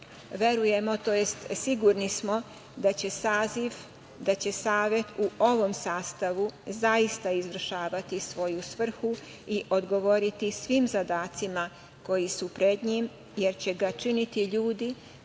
Ostojić. Verujemo, tj. sigurni smo da će savet u ovom sastavu zaista izvršavati svoju svrhu i odgovoriti svim zadacima koji su pred njim, jer će ga činiti ljudi